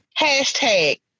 hashtag